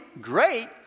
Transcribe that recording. great